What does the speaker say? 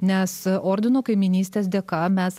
nes ordino kaimynystės dėka mes